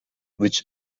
which